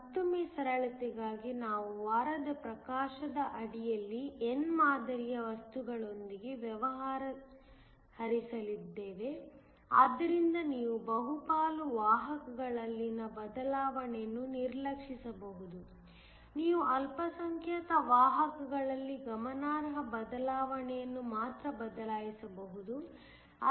ಮತ್ತೊಮ್ಮೆ ಸರಳತೆಗಾಗಿ ನಾವು ವಾರದ ಪ್ರಕಾಶದ ಅಡಿಯಲ್ಲಿ n ಮಾದರಿಯ ವಸ್ತುಗಳೊಂದಿಗೆ ವ್ಯವಹರಿಸಲಿದ್ದೇವೆ ಆದ್ದರಿಂದ ನೀವು ಬಹುಪಾಲು ವಾಹಕಗಳಲ್ಲಿನ ಬದಲಾವಣೆಯನ್ನು ನಿರ್ಲಕ್ಷಿಸಬಹುದು ನೀವು ಅಲ್ಪಸಂಖ್ಯಾತ ವಾಹಕಗಳಲ್ಲಿ ಗಮನಾರ್ಹ ಬದಲಾವಣೆಯನ್ನು ಮಾತ್ರ ಬದಲಾಯಿಸಬಹುದು